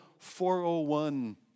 401